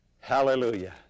Hallelujah